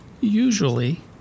usually